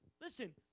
Listen